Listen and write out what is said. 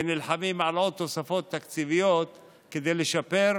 ונלחמים על עוד תוספות תקציביות כדי לשפר.